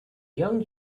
young